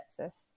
sepsis